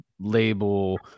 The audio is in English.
label